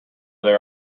they